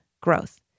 growth